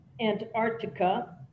Antarctica